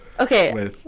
Okay